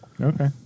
Okay